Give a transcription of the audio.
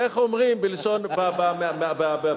זה לא נגדך, זה בעד הזמן.